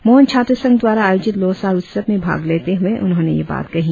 मॉन छात्र संघ द्वारा आयोजित लोसार उत्सव में भाग लेते हुए उन्होंने यह बात कही